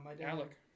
Alec